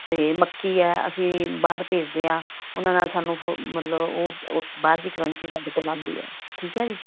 ਅਤੇ ਮੱਕੀ ਹੈ ਅਸੀਂ ਬਾਹਰ ਭੇਜਦੇ ਹਾਂ ਉਹਨਾਂ ਨਾਲ ਸਾਨੂੰ ਓ ਮਤਲਬ ਉਹ ਬਾਹਰ ਦੀ ਕਰੰਸੀ ਸਾਡੇ ਕੋਲ ਆਉਂਦੀ ਹੈ ਠੀਕ ਹੈ ਜੀ